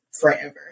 forever